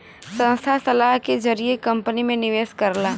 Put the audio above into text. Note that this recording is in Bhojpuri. संस्था सलाह के जरिए कंपनी में निवेश करला